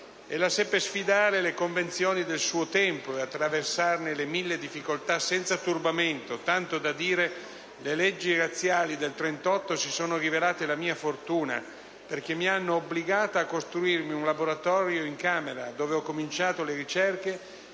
Ella seppe sfidare le convenzioni del suo tempo e attraversarne le mille difficoltà senza turbamento, tanto da dire: «Le leggi razziali del 1938 si sono rivelate la mia fortuna, perché mi hanno obbligata a costruirmi un laboratorio in camera da letto, dove ho cominciato le ricerche